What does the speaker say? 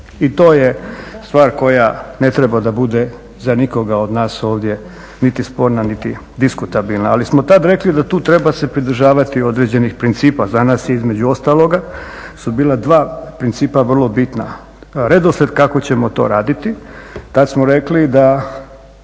I to je stvar koja ne treba da bude za nikoga od nas ovdje niti sporna, niti diskutabilna. Ali smo tada rekli da tu treba se pridržavati određenih principa. Za nas je između ostaloga su bila dva principa vrlo bitna. Redoslijed kako ćemo to raditi. Tada smo rekli da